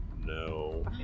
no